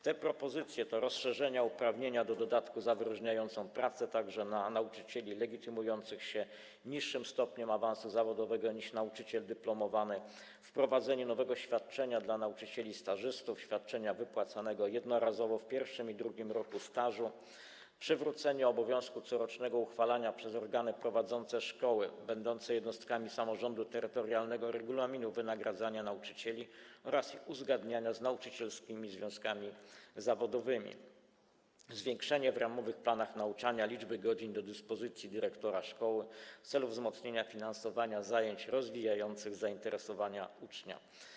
Te propozycje to: rozszerzenie uprawnienia do dodatku za wyróżniającą się pracę także na nauczycieli legitymujących się niższym stopniem awansu zawodowego niż nauczyciel dyplomowany, wprowadzenie nowego świadczenia dla nauczycieli stażystów - świadczenia wypłacanego jednorazowo w pierwszym i drugim roku stażu, przywrócenie obowiązku corocznego uchwalania przez organy prowadzące szkoły będące jednostkami samorządu terytorialnego regulaminu wynagradzania nauczycieli oraz uzgadniania go z nauczycielskimi związkami zawodowymi, zwiększenie w ramowych planach nauczania liczby godzin pozostających do dyspozycji dyrektora szkoły w celu wzmocnienia finansowania zajęć rozwijających zainteresowania uczniów.